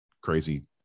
crazy